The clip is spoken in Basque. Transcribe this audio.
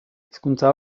hizkuntza